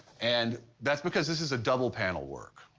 and that's because this is a double panel work.